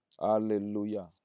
Hallelujah